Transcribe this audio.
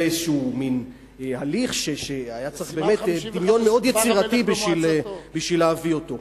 זה איזה מין הליך שהיה צריך באמת דמיון מאוד יצירתי בשביל להביא אותו.